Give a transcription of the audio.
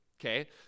Okay